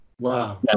Wow